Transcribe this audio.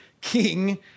king